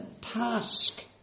task